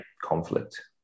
conflict